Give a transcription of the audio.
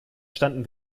standen